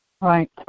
Right